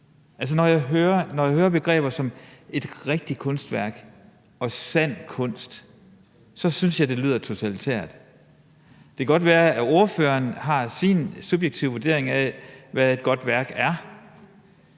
når jeg hører begreber som et rigtigt kunstværk og sand kunst, så synes jeg, det lyder totalitært. Det kan godt være, at ordføreren har sin subjektive vurdering af, hvad et godt værk er,